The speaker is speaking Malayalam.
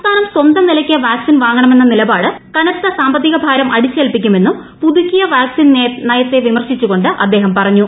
സംസ്ഥാനം സ്വന്തം നിലയ് ക്ക് വാക്സിൻ വാങ്ങണമെന്ന നിലപാട് കനത്ത സാമ്പത്തിക ഭാരം അടിച്ചേൽപ്പിക്കുമെന്നും പുതുക്കിയ വാക്സിൻ നയത്തെ വിമർശിച്ചുകൊണ്ട് അദ്ദേഹം പറഞ്ഞു